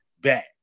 back